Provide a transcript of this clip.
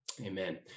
Amen